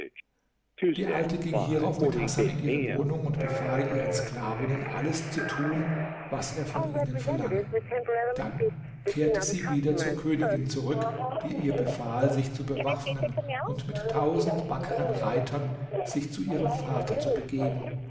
die alte ging hierauf mit hasan in ihre wohnung und befahl ihren sklavinnen alles zu tun was er von ihnen verlange dann kehrte sie wieder zur königin zurück die ihr befahl sich zu bewaffnen und mit tausend wackeren reitern sich zu ihrem vater zu begeben